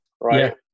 right